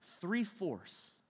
Three-fourths